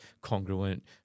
congruent